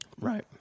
Right